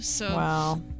Wow